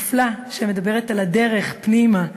מופלא, שמדבר על הדרך פנימה.